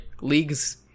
leagues